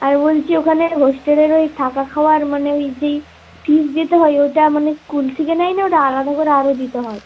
আমি বলছি ওখানে হোস্টেলের ওই থাকা খাওয়ার মানে ওই যেই ফিস দিতে হয় ওইটা মানে স্কুল থেকে নেয় না ওটা আলাদা করে আরো দিতে হয়